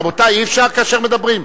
רבותי, אי-אפשר כאשר מדברים.